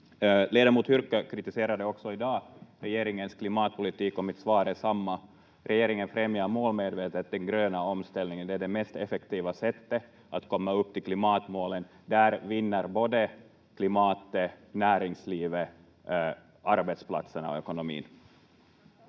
Ledamot Hyrkkö kritiserade också i dag regeringens klimatpolitik och mitt svar är samma: Regeringen främjar målmedvetet den gröna omställningen. Det är det mest effektiva sättet att komma upp till klimatmålen. Där vinner både klimatet, näringslivet, arbetsplatserna och ekonomin.